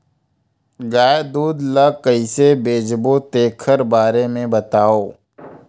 गाय दूध ल कइसे बेचबो तेखर बारे में बताओ?